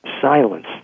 silence